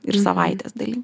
ir savaitės dalimi